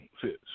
fits